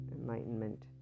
enlightenment